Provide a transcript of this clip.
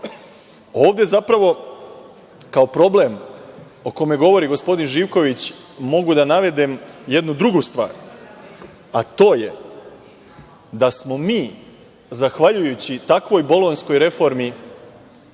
zapravo kao problem o kome govori gospodin Živković mogu da navedem jednu drugu stvar, a to je da smo mi, zahvaljujući takvoj bolonjskoj reformi